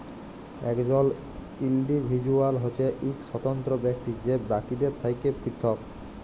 একজল ইল্ডিভিজুয়াল হছে ইক স্বতন্ত্র ব্যক্তি যে বাকিদের থ্যাকে পিরথক